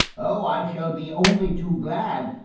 oh, i shall be only too glad.